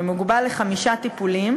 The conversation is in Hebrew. ומוגבל לחמישה טיפולים,